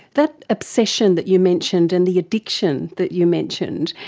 that obsession that you mentioned and the addiction that you mentioned,